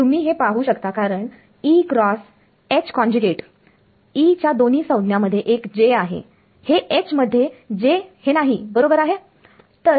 तुम्ही हे पाहू शकता कारण E च्या दोन्ही संज्ञा मध्ये एक j आहे हे H मध्ये j हे नाही बरोबर आहे